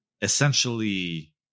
essentially